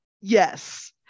yes